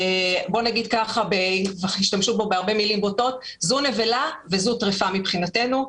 בוא נגיד שזו נבלה וזו טרפה מבחינתנו.